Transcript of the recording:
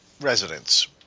residents